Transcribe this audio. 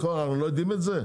אנחנו לא יודעים את זה?